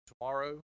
tomorrow